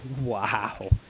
Wow